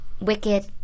Wicked